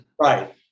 Right